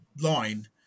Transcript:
line